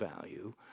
value